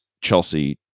Chelsea